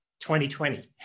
2020